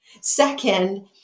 Second